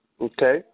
okay